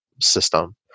system